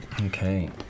Okay